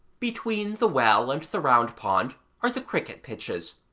between the well and the round pond are the cricket pitches,